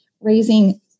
raising